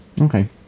Okay